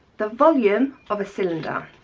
the volume of a cylinder